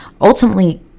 ultimately